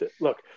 Look